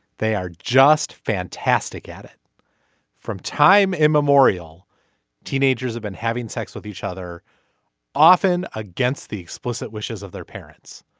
they are just fantastic at it from time immemorial teenagers have been having sex with each other often against the explicit wishes of their parents.